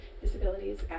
disabilities